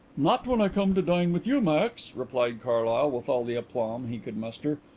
not when i come to dine with you, max, replied carlyle, with all the aplomb he could muster.